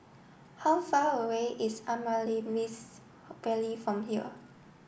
how far away is Amaryllis from here